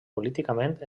políticament